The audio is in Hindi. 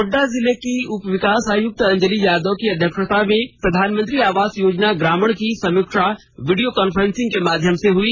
गोड़डा जिले की उपविकास आयुक्त अंजली यादव की अध्यक्षता में प्रधानमंत्री आवास योजना ग्रामीण की समीक्षा वीडियो कांफेसिंग के माध्यम से हुई